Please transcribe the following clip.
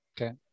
okay